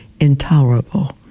intolerable